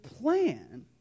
plan